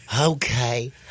okay